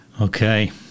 Okay